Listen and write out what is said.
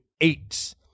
eight